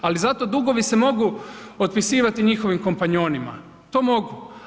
Ali zato dugovi se mogu otpisivati njihovim kompanjonima, to mogu.